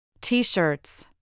T-shirts